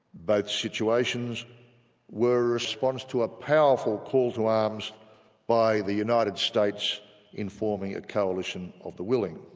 both situations were a response to a powerful call to arms by the united states in forming a coalition of the willing.